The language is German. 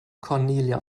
cornelia